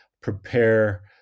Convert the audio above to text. prepare